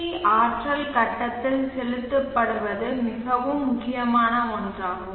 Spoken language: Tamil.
சக்தி கட்டத்தில் செலுத்தப்படுவது மிகவும் பொதுவான ஒன்றாகும்